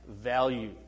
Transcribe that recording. value